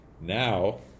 Now